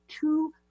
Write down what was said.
two